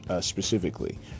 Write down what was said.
specifically